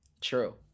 True